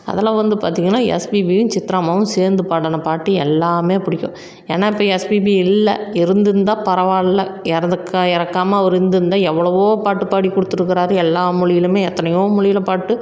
அதில் வந்து பார்த்திங்கன்னா எஸ்பிபியும் சித்ராம்மாவும் சேர்ந்து பாடின பாட்டு எல்லாமே பிடிக்கும் ஏன்னால் இப்போ எஸ்பிபி இல்லை இருந்திருந்தால் பரவாயில்ல இறந்துட் இறக்காம அவர் இருந்திருந்தால் எவ்வளவோ பாட்டுப் பாடி கொடுத்திருக்கறாரு எல்லா மொழிலயுமே எத்தனையோ மொழில பாட்டு